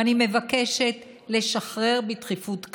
ואני מבקשת לשחרר תקנים בדחיפות.